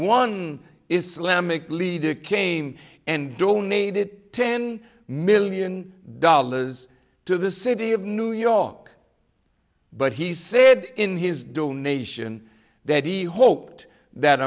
one islamic leader came and donated ten million dollars to the city of new york but he said in his dual nation that he hoped that